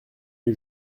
les